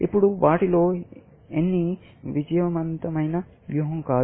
ఇప్పుడు వాటిలో ఏవీ విజయవంతమైన వ్యూహం కాదు